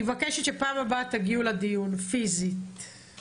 אני מבקשת שבפעם הבאה תגיעו פיזית לדיון .